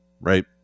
Right